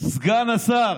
סגן השר,